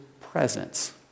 presence